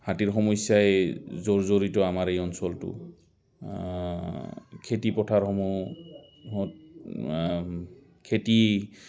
হাতীৰ সমস্যাই জৰ জড়িত আমাৰ এই অঞ্চলটো খেতি পথাৰসমূহত খেতি